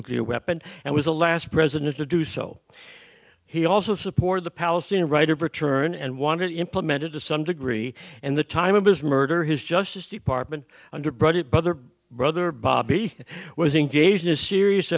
nuclear weapons and was the last president to do so he also supported the palestinian right of return and wanted it implemented to some degree and the time of his murder his justice department underbred it brother brother bobby was engaged in a serious